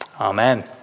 Amen